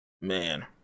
man